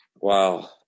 Wow